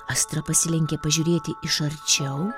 astra pasilenkė pažiūrėti iš arčiau